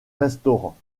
restaurant